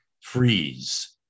freeze